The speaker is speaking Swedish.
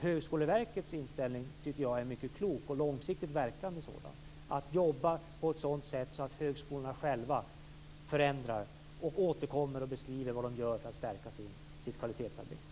Högskoleverkets inställning är klokt och långsiktigt, dvs. att jobba på ett sådant sätt att högskolorna förändrar sig själva och återkommer med beskrivningar av vad man gör för att stärka kvalitetsarbetet.